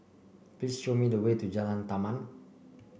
please show me the way to Jalan Taman